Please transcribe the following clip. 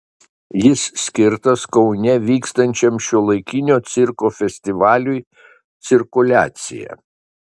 jis skirtas kaune vykstančiam šiuolaikinio cirko festivaliui cirkuliacija